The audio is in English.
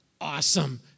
awesome